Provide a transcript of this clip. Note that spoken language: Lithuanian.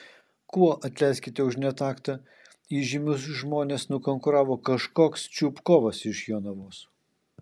kuo atleiskite už netaktą įžymius žmones nukonkuravo kažkoks čupkovas iš jonavos